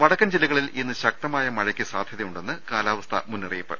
വടക്കൻ ജില്ലകളിൽ ഇന്ന് ശക്തമായ മഴയ്ക്ക് സാധ്യതയു ണ്ടെന്ന് കാലാവസ്ഥാ മുന്നറിയിപ്പ്